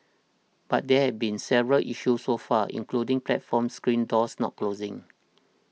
but there have been several issues so far including platform screen doors not closing